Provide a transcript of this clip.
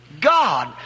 God